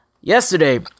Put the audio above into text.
yesterday